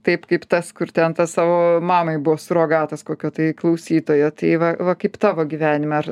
taip kaip tas kur ten tas savo mamai buvo surogatas kokio tai klausytojo tai va va kaip tavo gyvenime ar